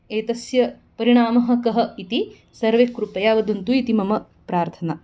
एतस्य परिणामः कः इति सर्वे कृपया वदन्तु इति मम प्रार्थना